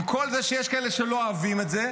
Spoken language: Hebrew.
עם כל זה שיש כאלה שלא אוהבים את זה,